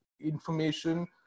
information